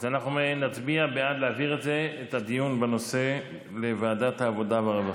אז אנחנו נצביע להעביר את הדיון בנושא לוועדת העבודה והרווחה.